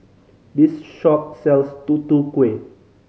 this shop sells Tutu Kueh